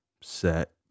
set